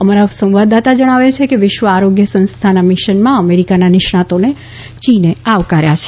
અમારા સંવાદદાતા જણાવે છે કે વિશ્વ આરોગ્ય સંસ્થાના મિશનમાં અમેરિકાના નિષ્ણાતોને ચીને આવકાર્યા છે